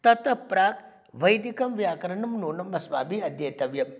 ततः प्राक् वैदिकं व्याकरणं नूनम् अस्माभिः अध्येतव्यम्